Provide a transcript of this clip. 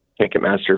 Ticketmaster